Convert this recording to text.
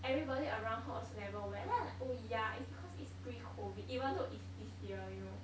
everybody around her also never wear then I like oh ya it's because it's pre COVID even though it's this year you know